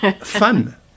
fun